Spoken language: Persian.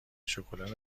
شکلات